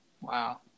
Wow